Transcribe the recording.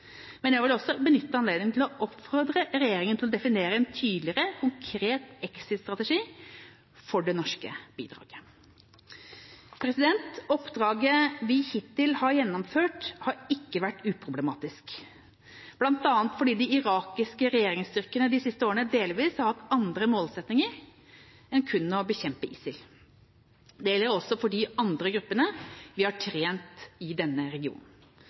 Men jeg vil også benytte anledningen til å oppfordre regjeringa til å definere en tydeligere, konkret exit-strategi for det norske bidraget. Oppdraget vi hittil har gjennomført, har ikke vært uproblematisk, bl.a. fordi de irakiske regjeringsstyrkene de siste årene delvis har hatt andre målsettinger enn kun å bekjempe ISIL. Det gjelder også for de andre gruppene vi har trent i denne regionen.